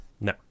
No